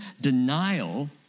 denial